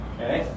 Okay